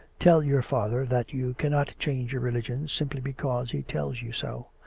tell your father that you cannot change your religion simply because he tells you so.